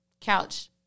couch